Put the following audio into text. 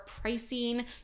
pricing